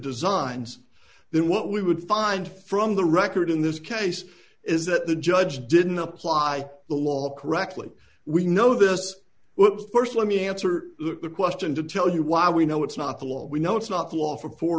designs then what we would find from the record in this case is that the judge didn't apply the law correctly we know this was the st let me answer the question to tell you why we know it's not the law we know it's not law for for